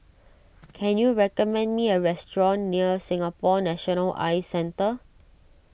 can you recommend me a restaurant near Singapore National Eye Centre